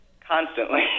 Constantly